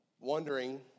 wondering